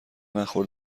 نخور